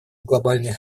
глобальный